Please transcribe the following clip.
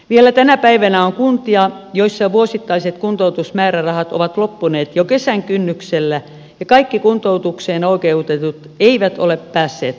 vielä tänä päivänä on kuntia joissa vuosittaiset kuntoutusmäärärahat ovat loppuneet jo kesän kynnyksellä ja kaikki kuntoutukseen oikeutetut eivät ole päässeet hoitoon